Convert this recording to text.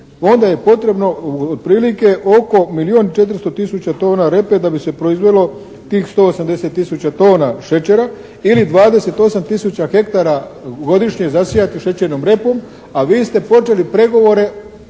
onda je potrebno otprilike oko milijun 400 tisuća tona repe da bi se proizvelo tih 180 tisuća tona šećera ili 28 tisuća hektara godišnje zasijati šećernom repom. A vi ste počeli pregovore,